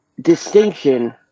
distinction